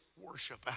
worship